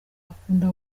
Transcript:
akunda